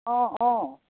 অঁ অঁ